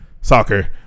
Soccer